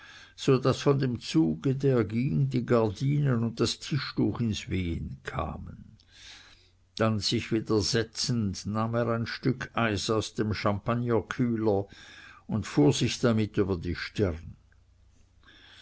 so daß von dem zuge der ging die gardinen und das tischtuch ins wehen kamen dann sich wieder setzend nahm er ein stück eis aus dem champagnerkühler und fuhr sich damit über die stirn